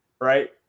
right